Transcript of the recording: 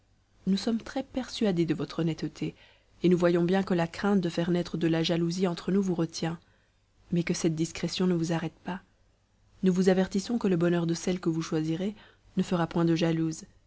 nous sommes trèspersuadées de votre honnêteté et nous voyons bien que la crainte de faire naître de la jalousie entre nous vous retient mais que cette discrétion ne vous arrête pas nous vous avertissons que le bonheur de celle que vous choisirez ne fera point de jalouses